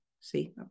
See